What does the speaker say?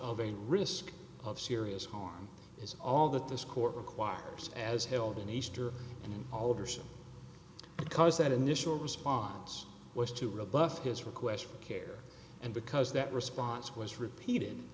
of a risk of serious harm is all that this court requires as held in easter and alderson because that initial response was to rebuff his requests for care and because that response was repeated